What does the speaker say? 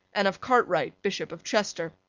and of cartwright, bishop of chester.